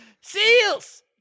Seals